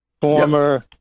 former